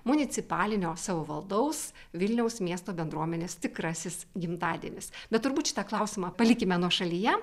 municipalinio savivaldaus vilniaus miesto bendruomenės tikrasis gimtadienis bet turbūt šitą klausimą palikime nuošalyje